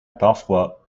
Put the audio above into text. parfois